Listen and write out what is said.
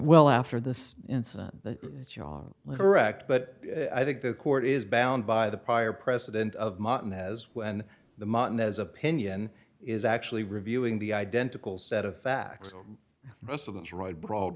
well after this incident the letter act but i think the court is bound by the prior precedent of martin has when the mountain has opinion is actually reviewing the identical set of facts